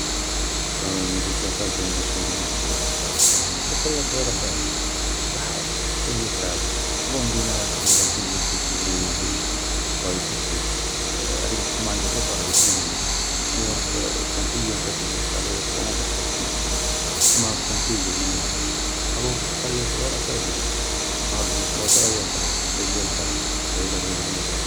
جو بريفار بيان نعيش في مدينة كبيرة خير بارسكو قرية صغيرة تشبعها غي هي تتعاود الور مدينة كبيرة توجور ديكوفري وجوه جدد بلايص جدد هاياديك كيما عندك غي بار ايكزومبل كيما نيورك نيورك لو كان كل يوم تاكل في زوج تاع لي ريسطورون قاع حياتك و متكملش سما سي تان بليزير اللي ما يكملش الور قرية صغيرة سي بون نهار زوج تلات صايي راك غي هي و تتعاود العباد غي هوما و يتعاودو